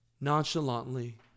nonchalantly